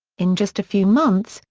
in just a few months,